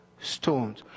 stones